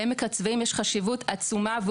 לעמק הצבאים יש חשיבות עצומה.